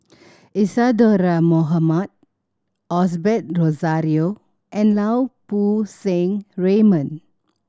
Isadhora Mohamed Osbert Rozario and Lau Poo Seng Raymond